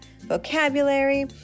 vocabulary